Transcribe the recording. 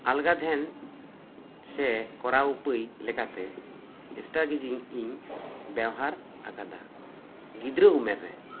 ᱟᱞᱜᱟᱫᱷᱮᱱ ᱥᱮ ᱠᱚᱨᱟᱣ ᱩᱯᱟᱹᱭ ᱞᱮᱠᱟᱛᱮ ᱮᱥᱴᱟᱜᱤᱡᱤᱝ ᱤᱧ ᱵᱮᱣᱦᱟᱨ ᱟᱠᱟᱫᱟ ᱜᱤᱫᱽᱨᱟᱹ ᱩᱢᱮᱨ ᱨᱮ